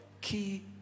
key